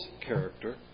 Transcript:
character